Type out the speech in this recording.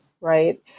right